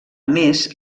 més